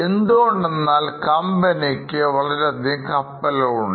എന്തുകൊണ്ടെന്നാൽ കമ്പനിക്ക് വളരെഅധികം കപ്പലുകൾ ഉണ്ട്